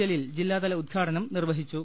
ജലീൽ ജില്ലാതല ഉദ്ഘാടനം നിർവ്വഹിച്ചു